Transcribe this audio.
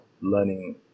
learning